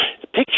picture